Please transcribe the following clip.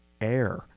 Air